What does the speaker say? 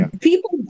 people